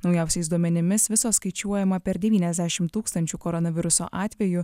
naujausiais duomenimis viso skaičiuojama per devyniasdešim tūkstančių koronaviruso atvejų